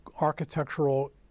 architectural